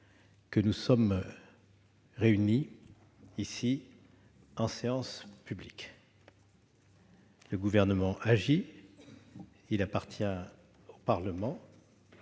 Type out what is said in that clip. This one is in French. que nous sommes réunis en séance publique. Le Gouvernement agit ; il appartient au Parlement